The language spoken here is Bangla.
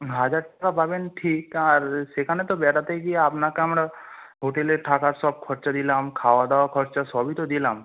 হাজার টাকা পাবেন ঠিক আর সেখানে তো বেড়াতে গিয়ে আপনাকে আমরা হোটেলে থাকার সব খরচা দিলাম খাওয়া দাওয়া খরচা সবই তো দিলাম